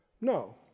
no